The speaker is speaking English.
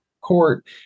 court